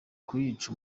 kuyica